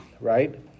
right